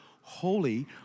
holy